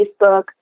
Facebook